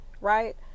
right